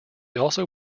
also